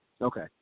Okay